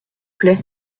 plait